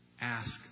Ask